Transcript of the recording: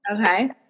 Okay